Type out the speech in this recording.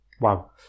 Wow